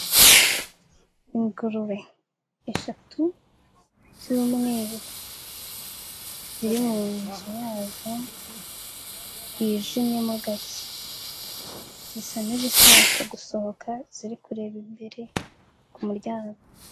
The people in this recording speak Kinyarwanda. Ingurube eshatu z'umweru, ziri mu nzu yazo yijimwe mo gake, zisa nk'izishaka gusohoka, ziri kureba imbere mu ryango.